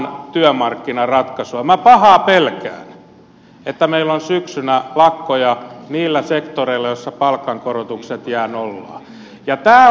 minä pahaa pelkään että meillä on syksyllä lakkoja niillä sektoreilla joilla palkankorotukset jäävät nollaan